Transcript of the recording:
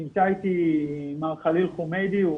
נמצא איתי מר חליל חומיידי,